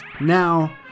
Now